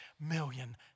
million